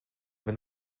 been